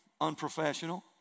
unprofessional